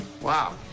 Wow